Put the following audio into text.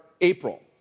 April